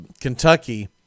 Kentucky